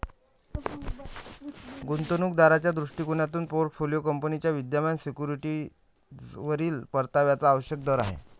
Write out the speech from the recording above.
गुंतवणूक दाराच्या दृष्टिकोनातून पोर्टफोलिओ कंपनीच्या विद्यमान सिक्युरिटीजवरील परताव्याचा आवश्यक दर आहे